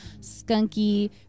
skunky